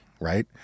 right